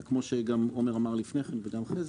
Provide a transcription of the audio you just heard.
וכמו שעומר אמר לפני כן וגם חזי